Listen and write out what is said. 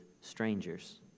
strangers